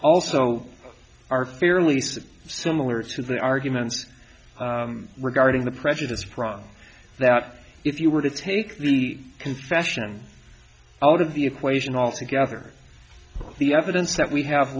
also are fairly so similar to the arguments regarding the prejudice from that if you were to take the confession out of the equation altogether the evidence that we have